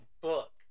book